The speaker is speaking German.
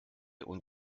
und